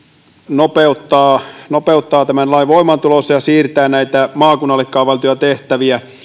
nopeuttaa nopeuttaa tämän lain voimaantuloa ja siirtää näitä maakunnalle kaavailtuja tehtäviä ely keskuksille